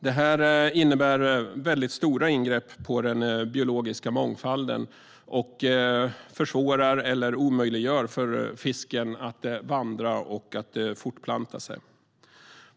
Det innebär väldigt stora ingrepp i den biologiska mångfalden och försvårar eller omöjliggör för fisken att vandra och att fortplanta sig.